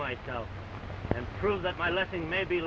myself and prove that my lesson may be